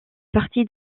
parties